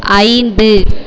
ஐந்து